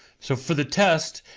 so for the test,